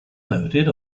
noted